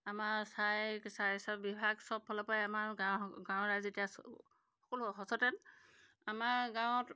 আমাৰ স্বাস্থ্য বিভাগ চব ফালৰপৰাই আমাৰ গাঁৱৰ গাঁৱৰ ৰাইজ এতিয়া সকলো সচেতন আমাৰ গাঁৱত